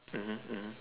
mmhmm mmhmm